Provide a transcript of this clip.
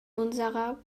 unserer